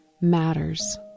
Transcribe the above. matters